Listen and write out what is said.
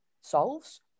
solves